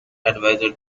adviser